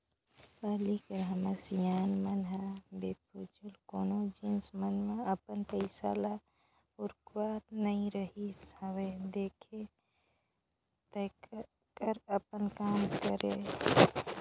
पहिली कर हमर सियान मन ह बेफिजूल कोनो जिनिस मन म अपन पइसा ल उरकावत नइ रिहिस हवय देख ताएक कर अपन काम करय